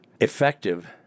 effective